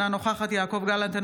אינה נוכחת יואב גלנט,